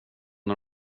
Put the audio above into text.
när